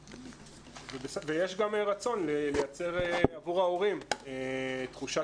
ויש גם רצון לייצר עבור ההורים תחושת